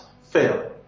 fail